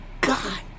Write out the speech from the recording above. God